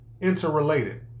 interrelated